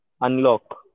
Unlock